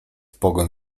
pogoń